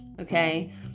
Okay